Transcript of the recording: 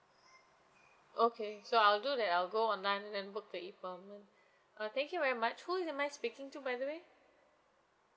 okay so I'll do that I'll go online and then book the E appointment uh thank you very much who am I speaking to by the way